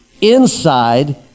inside